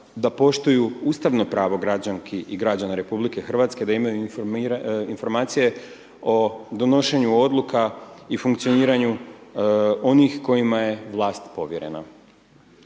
da poštuju ustavno pravo građanki i građana RH da imaju informacije o donošenju odluka i funkcioniranju onih kojima je vlast povjerena.